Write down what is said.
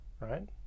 Right